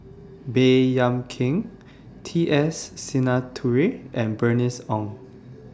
Baey Yam Keng T S Sinnathuray and Bernice Ong